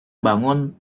bangun